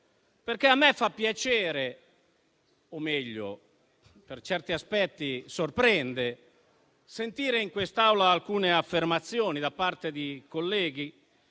fondo. A me fa piacere - o, meglio, per certi aspetti sorprende - sentire in quest'Aula alcune affermazioni da parte di colleghi